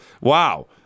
wow